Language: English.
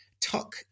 Tuck